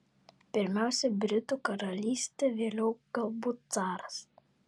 pirmiausia britų karalystė vėliau galbūt caras